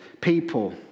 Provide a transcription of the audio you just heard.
people